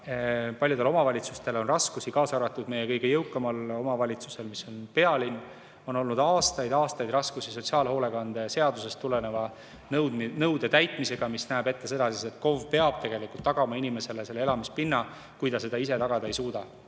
paljudel omavalitsustel, kaasa arvatud meie kõige jõukamal omavalitsusel, mis on pealinn, on olnud aastaid-aastaid raskusi sotsiaalhoolekande seadusest tuleneva nõude täitmisega, mis näeb ette, et KOV peab tagama inimesele elamispinna, kui ta seda ise tagada ei suuda.